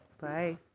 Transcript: bye